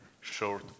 short